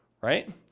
right